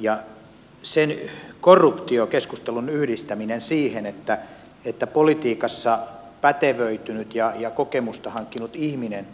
ja se korruptiokeskustelun yhdistäminen siihen että politiikassa pätevöitynyt ja kokemusta hankkinut ihminen